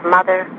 Mother